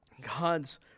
God's